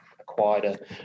acquired